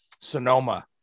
Sonoma